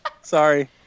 Sorry